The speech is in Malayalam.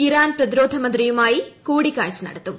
ഇറാൻ പ്രതിരോധമന്ത്രിയുമായി കൂടിക്കാഴ്ച നടത്തും